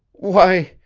why,